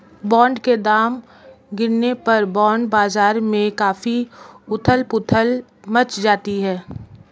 bond के दाम गिरने पर बॉन्ड बाजार में काफी उथल पुथल मच जाती है